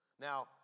Now